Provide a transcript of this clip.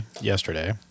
yesterday